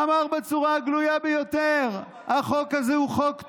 אמר בצורה הגלויה ביותר: החוק הזה הוא חוק טוב.